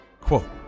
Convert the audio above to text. Quote